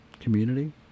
Community